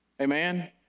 Amen